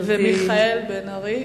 וכן את חבר הכנסת מיכאל בן-ארי.